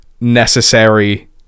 necessary